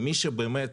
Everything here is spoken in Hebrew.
ומי שבאמת,